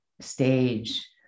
stage